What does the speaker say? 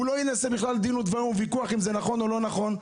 הוא לא ינסה להגיע לדין ודברים אם זה נכון או לא נכון,